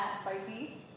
spicy